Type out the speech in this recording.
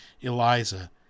Eliza